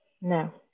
No